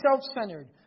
self-centered